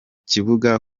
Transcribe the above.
kibuga